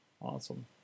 awesome